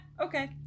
okay